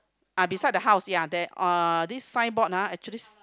ah beside the house ya there uh this signboard ah actually